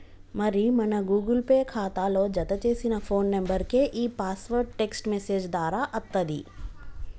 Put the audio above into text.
మరి మన Google Pay ఖాతాలో జతచేసిన ఫోన్ నెంబర్కే ఈ పాస్వర్డ్ టెక్స్ట్ మెసేజ్ దారా అత్తది